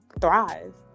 thrive